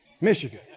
Michigan